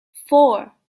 four